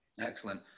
Excellent